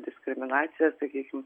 diskriminaciją sakykim